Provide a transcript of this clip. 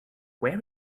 where